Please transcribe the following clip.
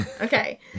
Okay